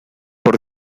por